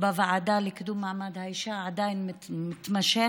בוועדה לקידום מעמד האישה עדיין מתמשך,